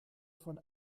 von